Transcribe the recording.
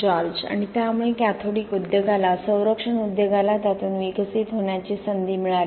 George आणि त्यामुळे cathodic उद्योगाला संरक्षण उद्योगाला त्यातून विकसित होण्याची संधी मिळाली